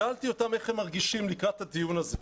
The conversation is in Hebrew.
שאלתי אותם איך הם מרגישים לקראת הדיון הזה.